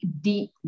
deep